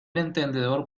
entendedor